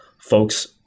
folks